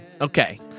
Okay